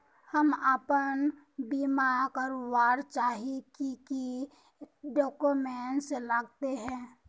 हम अपन बीमा करावेल चाहिए की की डक्यूमेंट्स लगते है?